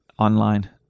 online